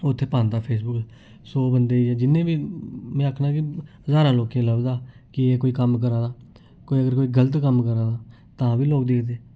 ओह् उत्थै पांदा फेसबुक च सौ बंदे जां जिन्ने बी मैं आखना केह् जारां लोकें ई लभदा कि कोई कम्म करा दा कोई अगर कोई गल्त कम्म करा दा तां बी लोक दिखदे